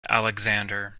alexander